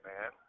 man